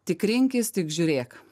tik rinkis tik žiūrėk